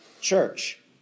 church